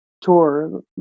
tour